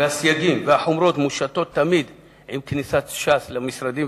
הסייגים והחומרות מושתים תמיד עם כניסת ש"ס למשרדים,